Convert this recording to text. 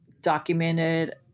documented